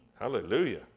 Hallelujah